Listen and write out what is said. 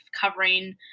covering